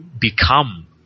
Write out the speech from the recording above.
become